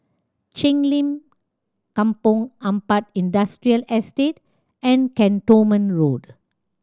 Cheng Lim Kampong Ampat Industrial Estate and Cantonment Road